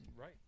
Right